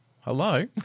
Hello